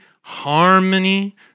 harmony